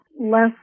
less